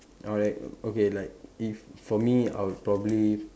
alright okay like if for me I would probably